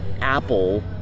Apple